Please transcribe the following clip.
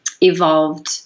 evolved